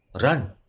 run